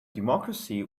democracy